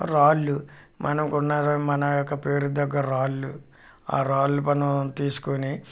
రాళ్ళు మనకున్నవి మన యొక్క పేరుకు తగ్గ రాళ్ళు ఆ రాళ్ళు మనం తీసుకుని